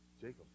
Jacob